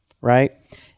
right